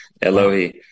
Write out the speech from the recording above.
Elohi